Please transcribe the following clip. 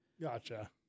Gotcha